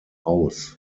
aus